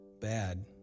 Bad